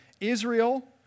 Israel